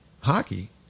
hockey